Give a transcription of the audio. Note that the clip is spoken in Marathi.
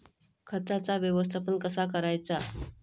खताचा व्यवस्थापन कसा करायचा?